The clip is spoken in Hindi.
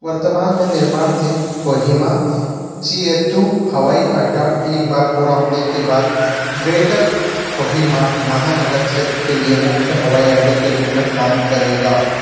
वर्तमान में निर्माणाधीन कोहिमा चिएथू हवाई अड्डा एक बार पूरा होने के बाद ग्रेटर कोहिमा महानगर क्षेत्र के लिए मुख्य हवाई अड्डे के रूप में काम करेगा